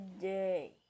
day